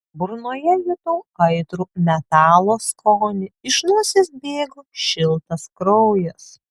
burnoje jutau aitrų metalo skonį iš nosies bėgo šiltas kraujas